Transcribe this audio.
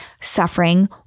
suffering